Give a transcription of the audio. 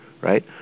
right